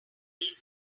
really